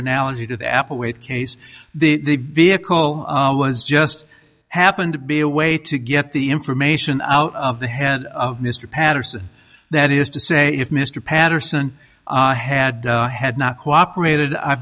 analogy to the apple weight case the vehicle was just happened to be a way to get the information out of the head of mr patterson that is to say if mr patterson had had not cooperated i